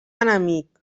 enemic